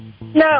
No